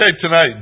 Tonight